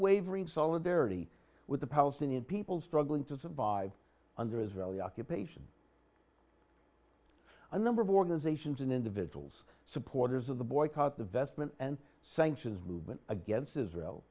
wavering solidarity with the palestinian people struggling to survive under israeli occupation a number of organizations and individuals supporters of the boycott the vestment and sanctions movement against israel